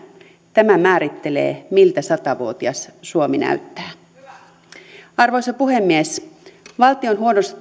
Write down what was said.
tämä määrittelee miltä sata vuotias suomi näyttää arvoisa puhemies valtion